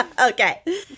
Okay